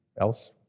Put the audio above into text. else